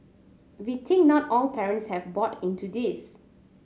we think not all parents have bought into this